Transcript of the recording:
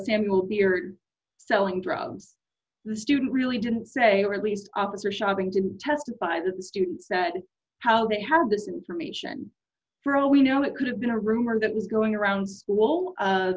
samuel beard selling drugs the student really didn't say or at least officer shopping to be tested by the student that how they have this information for all we know it could have been a rumor that was going around will